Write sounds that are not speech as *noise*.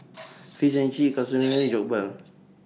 Fish and Chips Katsudon and *noise* Jokbal